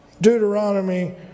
Deuteronomy